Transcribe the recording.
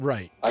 Right